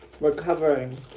Recovering